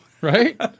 Right